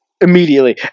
Immediately